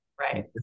right